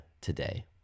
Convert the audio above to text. today